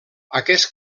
aquest